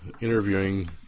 interviewing